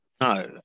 No